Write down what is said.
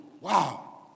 Wow